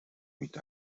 vuits